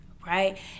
right